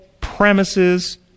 premises